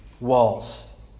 walls